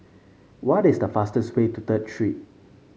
what is the fastest way to Third Street